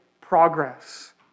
progress